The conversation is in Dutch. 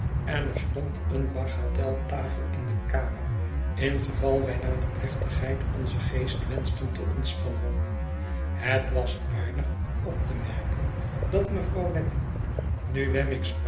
en er stond eene bagatelle tafel in de kamer ingeval wij na de plechtigheid onzen geest wenschten te ontspannen het was aardig op te merken dat mevrouw wemmick nu wemmick's